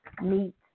meet